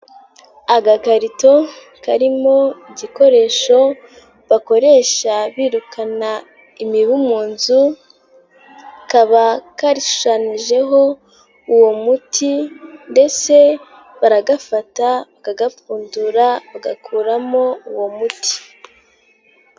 Agakarito karimo igikoresho bakoresha birukana imibu mu nzu. Kaba gashushanijeho uwo muti ndetse baragafata bakagapfundura, bagakuramo uwo muti.